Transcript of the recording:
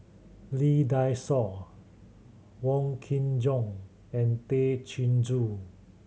Lee Dai Soh Wong Kin Jong and Tay Chin Joo